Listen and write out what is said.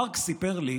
מארק סיפר לי